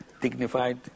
dignified